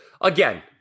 Again